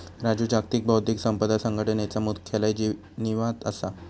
राजू जागतिक बौध्दिक संपदा संघटनेचा मुख्यालय जिनीवात असा